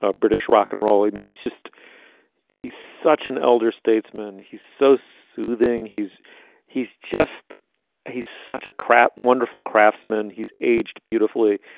ah british rock and roll. i mean, he's just he's such an elder statesman. he's so soothing. he's he's just he's such a crap, wonderful craftsman. he's aged beautifully.